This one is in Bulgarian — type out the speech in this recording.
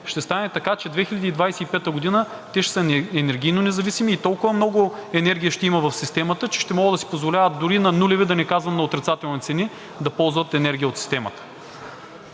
ще стане така, че 2025 г. те ще са енергийно независими и толкова много енергия ще има в системата, че ще могат да си позволяват дори на нулеви, да не казвам – на отрицателни цени, да ползват енергия от системата.